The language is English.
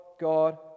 God